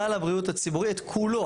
את כולו.